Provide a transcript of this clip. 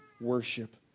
worship